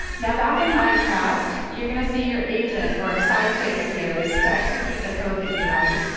now back in minecraft, you're gonna see your agent or a sidekick appears to execute the code that you write.